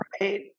Right